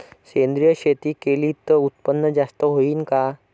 सेंद्रिय शेती केली त उत्पन्न जास्त होईन का?